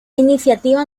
iniciativa